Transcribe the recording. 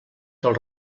del